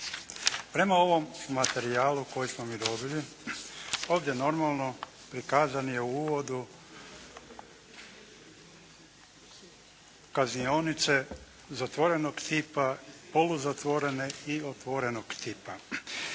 Prema ovom materijalu koji smo mi dobili ovdje normalno prikazan je u uvodu kaznionice zatvorenog tipa, poluzatvorene i otvorenog tipa.